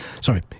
Sorry